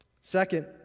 Second